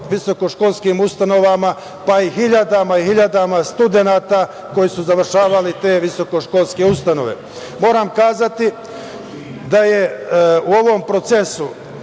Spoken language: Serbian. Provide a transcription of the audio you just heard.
visokoškolskim ustanovama, pa i hiljadama, hiljadama studenata koji su završavali te visokoškolske ustanove. Moram kazati da je u ovom procesu